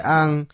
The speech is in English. ang